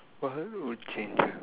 what will change ah